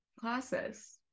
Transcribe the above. classes